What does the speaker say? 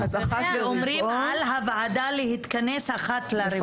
ואומרים: על הוועדה להתכנס אחת לרבעון.